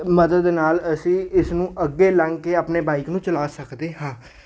ਮਦਦ ਦੇ ਨਾਲ ਅਸੀਂ ਇਸ ਨੂੰ ਅੱਗੇ ਲੰਘ ਕੇ ਆਪਣੀ ਬਾਈਕ ਨੂੰ ਚਲਾ ਸਕਦੇ ਹਾਂ